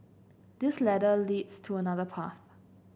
this ladder leads to another path